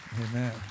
Amen